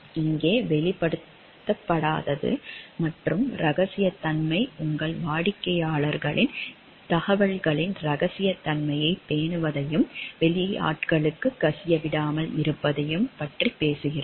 இங்கே வெளிப்படுத்தாதது மற்றும் ரகசியத்தன்மை உங்கள் வாடிக்கையாளர்களின் தகவல்களின் இரகசியத்தன்மையைப் பேணுவதையும் வெளியாட்களுக்கு கசியவிடாமல் இருப்பதையும் பற்றி பேசுகிறது